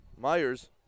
Myers